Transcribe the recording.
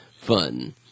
fun